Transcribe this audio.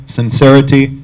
sincerity